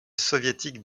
soviétique